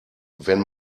wenn